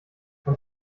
man